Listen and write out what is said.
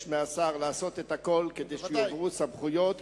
מהשר לעשות את הכול כדי שיועברו סמכויות,